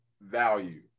value